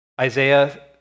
Isaiah